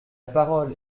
parole